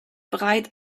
breit